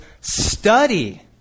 study